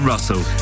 Russell